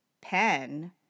pen